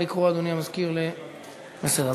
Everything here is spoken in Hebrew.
בסדר.